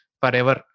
forever